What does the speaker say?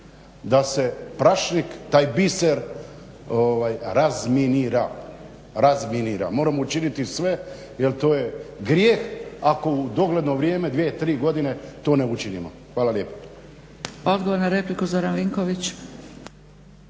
da se prašnik, taj biser razminira, razminira, moramo učiniti sve jer to je grijeh ako u dogledno vrijeme 2, 3 godine to ne učinimo. Hvala lijepa. **Zgrebec, Dragica